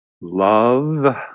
love